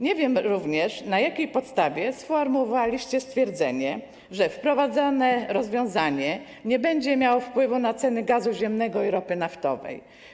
Nie wiem również, na jakiej podstawie sformułowaliście stwierdzenie, że wprowadzane rozwiązanie nie będzie miało wpływu na ceny gazu ziemnego i ropy naftowej.